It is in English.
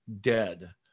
dead